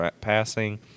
passing